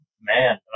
man